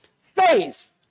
faith